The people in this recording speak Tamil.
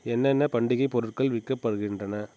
என்னென்ன பண்டிகை பொருட்கள் விற்கப்படுகின்றன